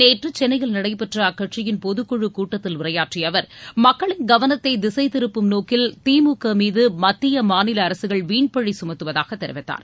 நேற்று சென்னையில் நடைபெற்ற அக்கட்சியின் பொதுக்குழுக் கூட்டத்தில் உரையாற்றிய அவர் மக்களின் கவனத்தை திசைதிருப்பும் நோக்கில் திமுக மீது மத்திய மாநில அரசுகள் வீண்பழி சுமத்துவதாக தெரிவித்தார்